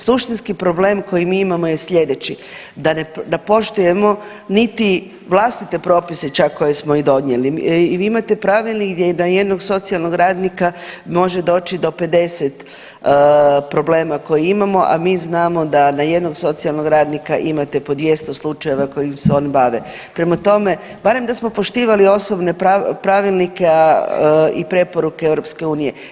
Suštinski problem koji mi imamo je sljedeći da poštujemo niti vlastite propise čak koje smo i donijeli i vi imate pravilnik gdje na jednog socijalnog radnika može doći do 50 problema koje imamo, a mi znamo da na jednog socijalnog radnika imate po 200 slučajeva kojim se oni bave, prema tome barem da smo poštivali osobne pravilnike i preporuke EU.